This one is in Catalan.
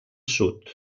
sud